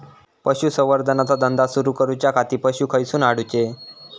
पशुसंवर्धन चा धंदा सुरू करूच्या खाती पशू खईसून हाडूचे?